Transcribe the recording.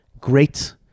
great